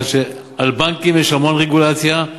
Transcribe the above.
מכיוון שעל בנקים יש המון רגולציה,